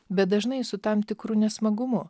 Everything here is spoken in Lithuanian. bet dažnai su tam tikru nesmagumu